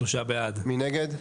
מי נגד?